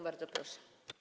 Bardzo proszę.